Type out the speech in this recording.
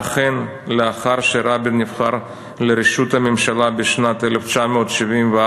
ואכן, לאחר שרבין נבחר לראש הממשלה בשנת 1974,